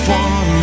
one